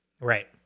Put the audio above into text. right